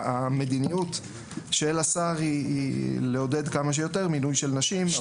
המדיניות של השר היא לעודד כמה שיותר מינוי של נשים.